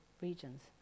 regions